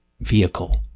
vehicle